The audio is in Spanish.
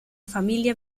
familia